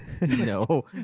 No